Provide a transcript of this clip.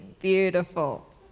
beautiful